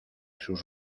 sus